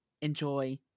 enjoy